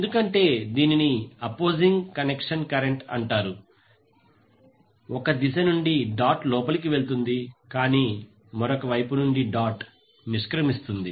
ఎందుకంటే దీనిని opposing connection current అంటారు ఒక దిశ నుండి డాట్ లోపలికి వెళుతుంది కాని మరొక వైపు నుండి డాట్ నుండి నిష్క్రమిస్తుంది